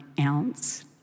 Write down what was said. ounce